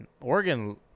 Oregon